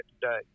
today